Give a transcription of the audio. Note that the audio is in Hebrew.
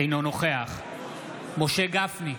אינו נוכח משה גפני,